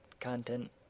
content